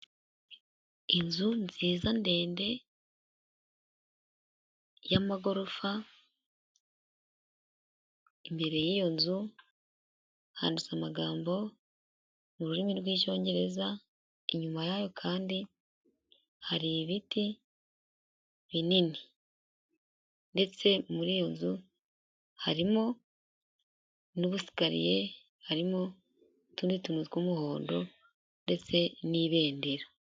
Inzu nziza ndende y'amagorofa imbere y'iyo nzu harazamagambo mu rurimi rw'icyongereza inyuma yayo kandi hari ibiti binini ndetse muri iyo nzu harimo n'ubusigariye harimo utundi tunyu tw'umuhondo ndetse n'ibendera.